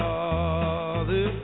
Father